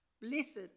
Blessed